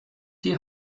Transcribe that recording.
die